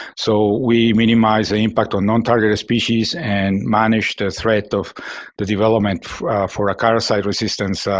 so, we minimize the impact on non-target species and manage the threat of the development for acaricide resistance.